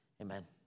Amen